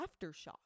aftershock